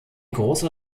großer